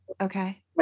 okay